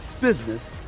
business